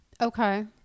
Okay